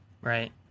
Right